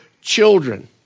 children